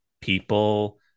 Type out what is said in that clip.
people